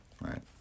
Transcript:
right